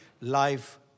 life